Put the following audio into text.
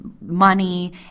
Money